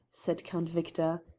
said count victor.